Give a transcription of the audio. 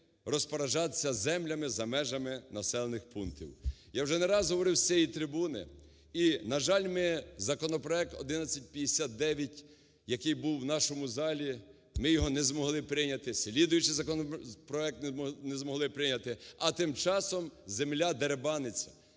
розпоряджатися землями за межами населених пунктів. Я вже не раз говорив з цієї трибуни і, на жаль, ми законопроект 1159, який був в нашому залі, ми його не змогли прийняти, слідуючий законопроект не змогли прийняти, а тим часом земля дерибаниться